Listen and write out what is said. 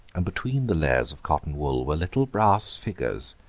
and between the layers of cotton-wool were little brass figures,